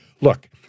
look